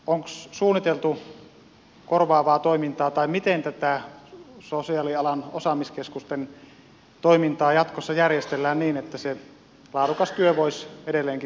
onko suunniteltu korvaavaa toimintaa tai miten tätä sosiaalialan osaamiskeskusten toimintaa jatkossa järjestellään niin että se laadukas työ voisi edelleenkin suomessa jatkua